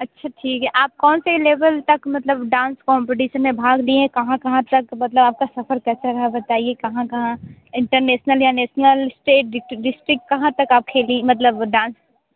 अच्छा ठीक है आप कौन से लेवल तक मतलब डांस काॅम्पिटिशन में भाग लिए हैं कहाँ कहाँ तक मतलब आपका सफर कैसा रहा बताइए कहाँ कहाँ इंटरनेशनल या नेशनल स्टेट डिस्ट्रिक्ट कहाँ तक आप खेली मतलब डांस